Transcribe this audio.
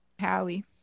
Hallie